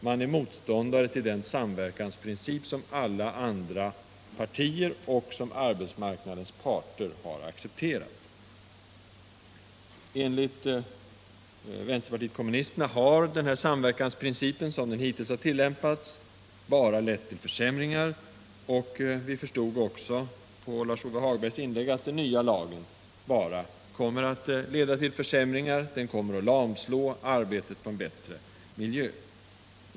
Man är motståndare till den samverkansprincip som alla andra partier 83 och arbetsmarknadens parter har accepterat. Enligt vänsterpartiet kommunisterna har denna samverkansprincip, som den hittills tillämpats, bara lett till försämringar. Vi förstod också av Lars-Ove Hagbergs inlägg att den nya lagen enligt hans uppfattning bara kommer att leda till försämringar och att den kommer att lamslå arbetet på en bättre miljö.